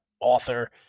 author